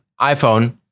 iPhone